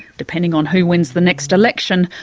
depending on who wins the next election,